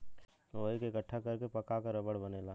वही के इकट्ठा कर के पका क रबड़ बनेला